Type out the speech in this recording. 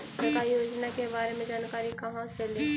सरकारी योजना के बारे मे जानकारी कहा से ली?